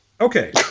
okay